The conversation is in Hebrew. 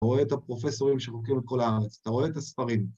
‫אתה רואה את הפרופסורים ‫שחוקרים את כל הארץ, ‫אתה רואה את הספרים.